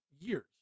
years